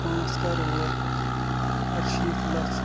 پانٛژھ کَرور اَرٕشيٖتھ شیٖتھ لَچھ